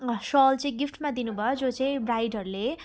सल चाहिँ गिफ्टमा दिनुभयो जो चाहिँ ब्राइडहरूले